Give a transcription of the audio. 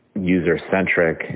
user-centric